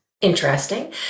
interesting